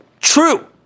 true